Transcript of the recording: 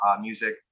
Music